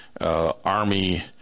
Army